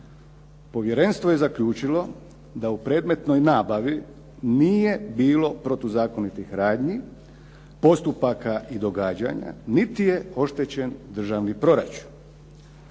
Povjerenstvo je zaključilo da u predmetnoj nabavi nije bilo protuzakonitih radnji, postupaka i događanja, niti je oštećen državni proračun.